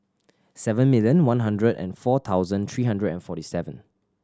seven million one hundred and four thousand three hundred and forty seven